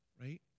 Right